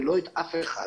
ולא את אף אחד.